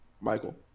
Michael